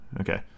Okay